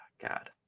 God